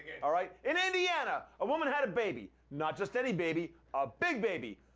all right. in indiana, a woman had a baby. not just any baby. a big baby.